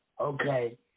Okay